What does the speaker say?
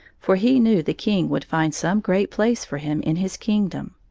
for he knew the king would find some great place for him in his kingdom.